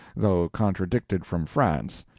though contradicted from france.